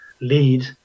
lead